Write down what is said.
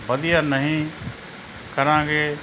ਵਧੀਆ ਨਹੀਂ ਕਰਾਂਗੇ